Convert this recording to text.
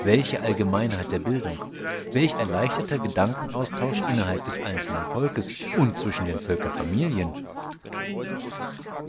welche allgemeinheit der bildung welch erleichterter gedanken austausch innerhalb des einzelnen volks und zwischen den völker familien